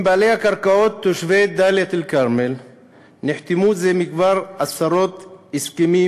עם בעלי הקרקעות תושבי דאלית-אלכרמל נחתמו זה מכבר עשרות הסכמים,